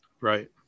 Right